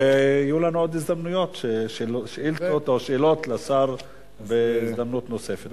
ויהיו לנו עוד הזדמנויות של שאילתות או שאלות לשר בהזדמנות נוספת.